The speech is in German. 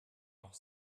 auch